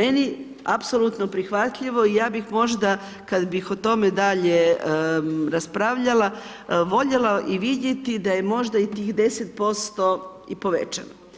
meni apsolutno prihvatljivo i ja bih možda kad bih o tome dalje raspravljala voljela i vidjeti da je možda i tih 10% i povećano.